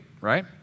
right